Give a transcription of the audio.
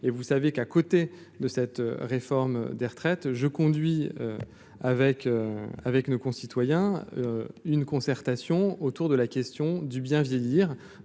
Et vous savez qu'à côté de cette réforme des retraites, je conduis avec avec nos concitoyens une concertation autour de la question du bien vieillir